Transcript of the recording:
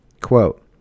Quote